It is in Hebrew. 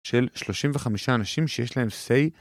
של 35 אנשים שיש להם סיי.